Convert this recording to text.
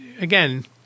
again